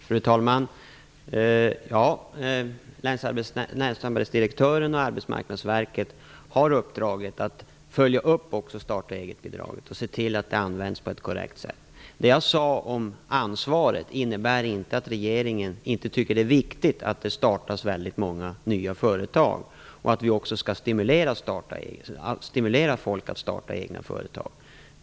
Fru talman! Länsarbetsnämndsdirektörerna och Arbetsmarknadsverket har uppdraget att också följa upp starta-eget-bidraget och se till att det används på ett korrekt sätt. Det jag sade om ansvaret innebär inte att regeringen inte tycker att det är viktigt att det startas väldigt många nya företag och att vi också skall stimulera folk att starta egna företag.